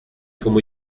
como